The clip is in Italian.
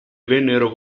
vennero